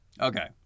Okay